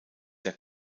der